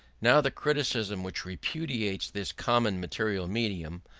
now the criticism which repudiates this common material medium,